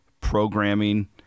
programming